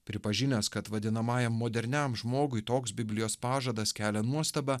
pripažinęs kad vadinamajam moderniam žmogui toks biblijos pažadas kelia nuostabą